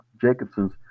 Jacobson's